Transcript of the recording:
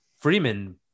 Freeman